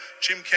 Jim